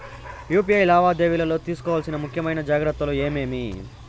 UPI లావాదేవీలలో తీసుకోవాల్సిన ముఖ్యమైన జాగ్రత్తలు ఏమేమీ?